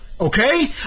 Okay